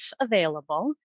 available